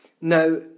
Now